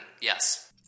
yes